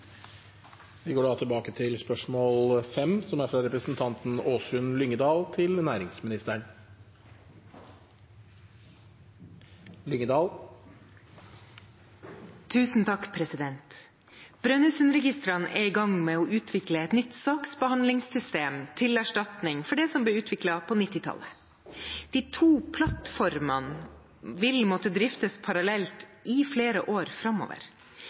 Vi går tilbake til spørsmål 5, fra representanten Åsunn Lyngedal til næringsministeren. «Brønnøysundregistrene er i gang med å utvikle nytt saksbehandlingssystem til erstatning for det som ble utviklet på 90-tallet. De to plattformene vil måtte driftes parallelt i flere år framover.